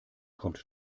kommt